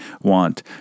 want